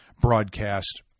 broadcast